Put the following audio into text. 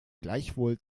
gleichwohl